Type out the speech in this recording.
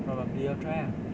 probably lor try lah